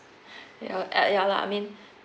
uh eh ya lah I mean